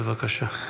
בבקשה.